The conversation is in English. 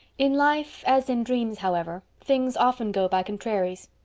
in life, as in dreams, however, things often go by contraries.